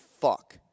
fuck